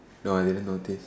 no I didn't notice